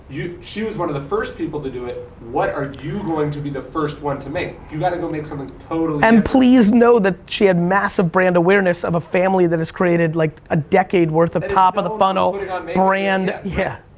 she was one of the first people to do it, what are you going to be the first one to make? you gotta go make something totally and please know that she had massive brand awareness of a family that has created, like, a decade worth of top of the funnel but brand, yeah.